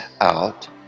out